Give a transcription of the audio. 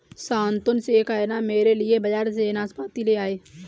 शांतनु से कहना मेरे लिए बाजार से नाशपाती ले आए